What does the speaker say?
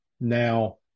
now